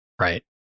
Right